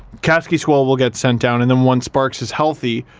kaskisuo will get sent down and then once sparks is healthy